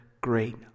Great